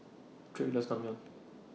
Drake loves Naengmyeon